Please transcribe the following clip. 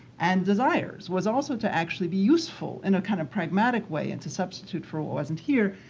and desires was also to actually be useful in a kind of pragmatic way. and to substitute for what wasn't here.